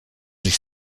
sich